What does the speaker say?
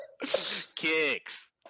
Kicks